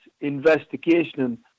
investigation